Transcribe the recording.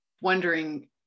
wondering